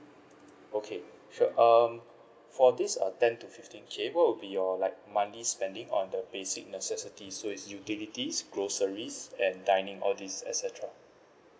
okay sure um for this uh ten to fifteen K what would be your like monthly spending on the basic necessities so is utilities groceries and dining all these et cetera